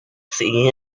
see